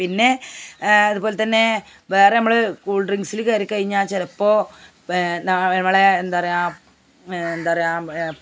പിന്നെ അതുപോലെ തന്നെ വേറെ നമ്മൾ കൂൾ ഡ്രിങ്ക്സിൽ കയറി കഴിഞ്ഞാൽ ചിലപ്പോൾ നമ്മളുടെ എന്താ പറയുക എന്താ പറയുക